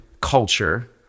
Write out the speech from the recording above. culture